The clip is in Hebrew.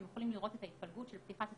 אתם יכולים לראות את ההתפלגות של פתיחת התיקים.